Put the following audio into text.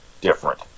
different